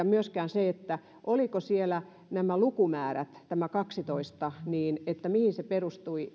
myöskään se kun siellä oli tämä lukumäärä tämä kaksitoista minulle ei koskaan selvinnyt mihin se perustui